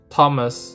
Thomas